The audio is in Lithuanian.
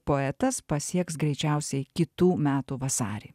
poetas pasieks greičiausiai kitų metų vasarį